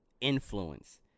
influence